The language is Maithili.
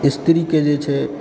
स्त्रीकेँ जे छै